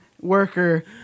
worker